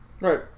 Right